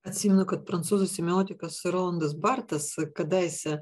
atsimenu kad prancūzų semiotikas rolandas bartas kadaise